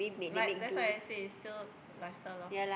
like that's why I say is still lifestyle loh